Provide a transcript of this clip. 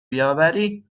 بیاوری